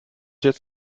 jetzt